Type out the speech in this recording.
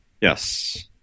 Yes